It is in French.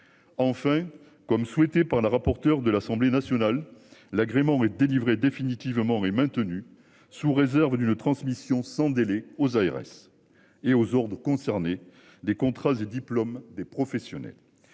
Enfin, comme souhaité par le rapporteur de l'Assemblée nationale l'agrément est délivré définitivement et maintenu sous réserve d'une transmission sans délai aux ARS et aux ordres concernés des contrats et diplôme des professionnels.